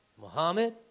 Muhammad